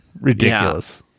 Ridiculous